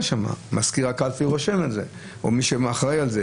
מזכיר הקלפי ינהל רישום מתי המשקיף נכנס?